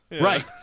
Right